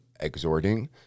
exhorting